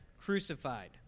crucified